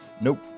Nope